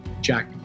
Jack